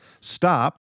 stop